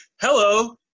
hello